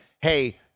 hey